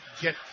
get